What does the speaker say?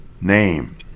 name